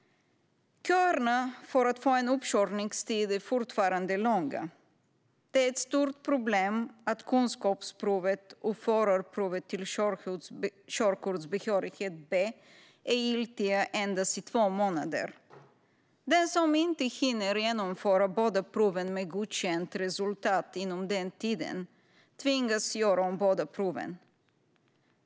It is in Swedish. Köerna för att få en uppkörningstid är fortfarande långa. Det är ett stort problem att kunskapsprovet och förarprovet till körkortsbehörighet B är giltiga endast i två månader. Den som inte hinner genomföra båda proven med godkänt resultat inom denna tid tvingas att göra om båda proven.